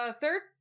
third